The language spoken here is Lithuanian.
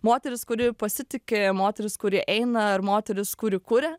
moteris kuri pasitiki moteris kuri eina moteris kuri kuria